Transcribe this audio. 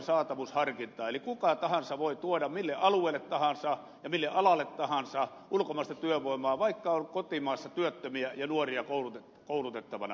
eli kuka tahansa voi tuoda mille alueelle tahansa ja mille alalle tahansa ulkomaista työvoimaa vaikka kotimaassa on työttömiä ja nuoria koulutettavana